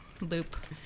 loop